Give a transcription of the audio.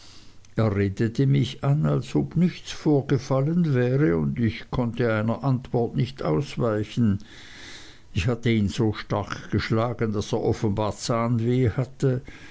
redete mich an als ob nichts vorgefallen wäre und ich konnte einer antwort nicht ausweichen ich hatte ihn so stark geschlagen daß er offenbar zahnweh hatte